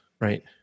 right